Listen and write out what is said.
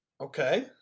Okay